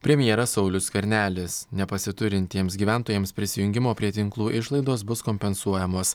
premjeras saulius skvernelis nepasiturintiems gyventojams prisijungimo prie tinklų išlaidos bus kompensuojamos